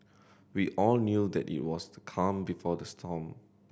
we all knew that it was the calm before the storm